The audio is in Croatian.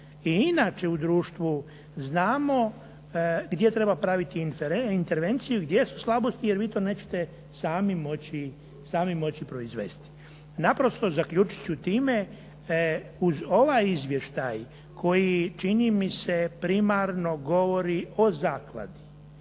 inače u društvu znamo gdje treba praviti intervenciju, gdje su slabosti jer vi to nećete sami moći proizvesti. Naprosto, zaključit ću time. Uz ovaj izvještaj koji čini mi se primarno govori o zakladi,